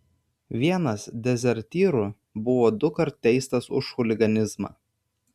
vienas dezertyrų buvo dukart teistas už chuliganizmą